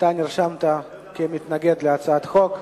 אתה נרשמת כמתנגד להצעת החוק.